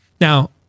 Now